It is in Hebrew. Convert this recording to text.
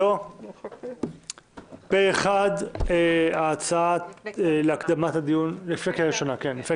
הצבעה בעד, רוב נגד, אין נמנעים, אין אושר.